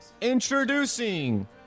introducing